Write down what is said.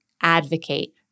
advocate